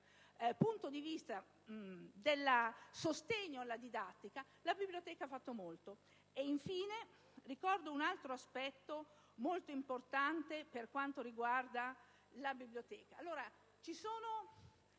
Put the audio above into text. dal punto di vista del sostegno alla didattica, la Biblioteca ha fatto molto. Infine, ricordo un altro aspetto molto importante. Sono diversi, i soggetti